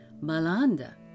Malanda